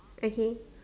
okay